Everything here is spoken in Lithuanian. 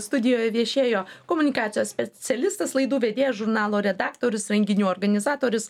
studijoje viešėjo komunikacijos specialistas laidų vedėjas žurnalo redaktorius renginių organizatorius